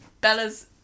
Bella's